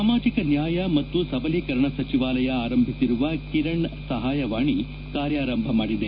ಸಾಮಾಜಿಕ ನ್ಯಾಯ ಮತ್ತು ಸಬಲೀಕರಣ ಸಚಿವಾಲಯ ಆರಂಭಿಸಿರುವ ಕಿರಣ್ ಸಹಾಯವಾಣಿ ಕಾರ್ಲಾರಂಭ ಮಾಡಿದೆ